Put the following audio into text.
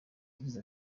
yagize